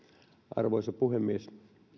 arvoisa puhemies